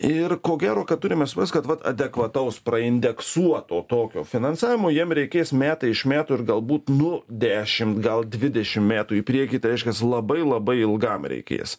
ir ko gero kad turime suprast kad vat adekvataus praindeksuoto tokio finansavimo jiem reikės metai iš metų ir galbūt nu dešimt gal dvidešimt metų į priekį tai reiškiasi labai labai ilgam reikės